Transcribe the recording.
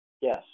Yes